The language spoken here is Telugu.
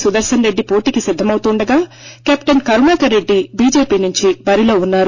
సుదర్శన్ రెడ్డి పోటీకి సిద్దమవుతుండగా కెప్టెన్ కరుణాకర్ రెడ్డి బిజెపి నుండి బరిలో ఉన్నారు